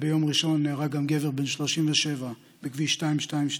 ביום ראשון נהרג גם גבר בן 37 בכביש 222,